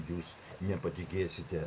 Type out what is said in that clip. jūs nepatikėsite